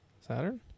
Saturn